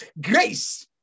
grace